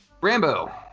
Rambo